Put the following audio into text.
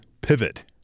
pivot